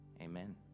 Amen